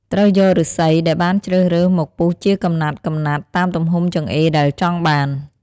ត្រូវយកឫស្សីដែលបានជ្រើសរើសមកពុះជាកំណាត់ៗតាមទំហំចង្អេរដែលចង់បាន។